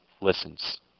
listens